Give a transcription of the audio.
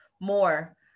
more